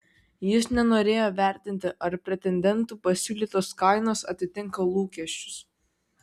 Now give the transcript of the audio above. jis nenorėjo vertinti ar pretendentų pasiūlytos kainos atitinka lūkesčius